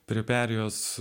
prie perėjos